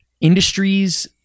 Industries